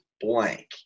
blank